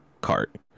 cart